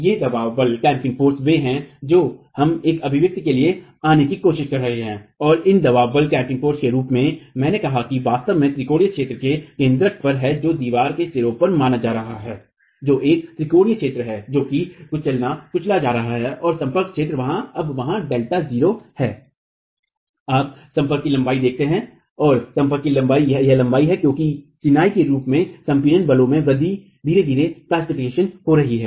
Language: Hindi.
ये दबाव बल वे हैं जो हम एक अभिव्यक्ति के लिए आने की कोशिश कर रहे हैं और इन दबाव बल के रूप में मैंने कहा है कि वास्तव में त्रिकोणीय क्षेत्र के केंद्रक पर हैं जो दीवार के सिरों पर माना जा रहा है जो एक त्रिकोणीय क्षेत्र है जो कि कुचला जा रहा है और संपर्क क्षेत्र अब वहां Δ0 है आप संपर्क की लंबाई देखते हैं और संपर्क की यह लंबाई है क्योंकि चिनाई के रूप में संपीड़न बलों में वृद्धि धीरे धीरे प्लसटीफाइड हो रही है